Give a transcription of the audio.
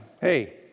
Hey